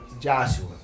Joshua